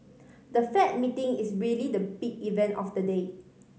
the Fed meeting is really the big event of the day